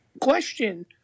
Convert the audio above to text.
question